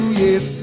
yes